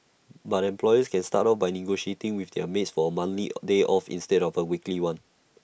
but employers can start off by negotiating with their maids for A monthly day off instead of A weekly one